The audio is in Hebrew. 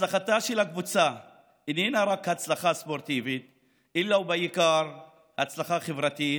הצלחתה של הקבוצה איננה רק הצלחה ספורטיבית אלא בעיקר הצלחה חברתית,